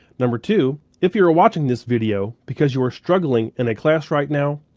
number two, if you are watching this video because you are struggling in a class right now,